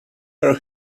her